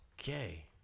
Okay